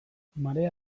marea